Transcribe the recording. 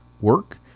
work